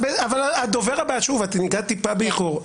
את הגעת קצת באיחור.